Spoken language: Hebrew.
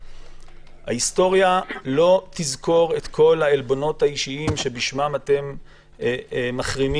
ההיסטוריה לא תזכור את כל העלבונות האישיים שבשמם אתם מחרימים,